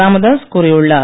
ராமதாஸ் கூறியுள்ளார்